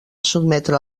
sotmetre